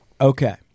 Okay